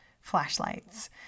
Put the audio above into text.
flashlights